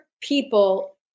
people